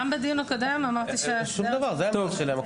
גם בדיון הקודם אמרתי --- זו העמדה שלהם.